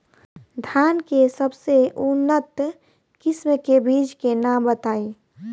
धान के सबसे उन्नत किस्म के बिज के नाम बताई?